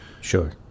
Sure